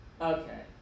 Okay